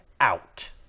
out